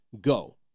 go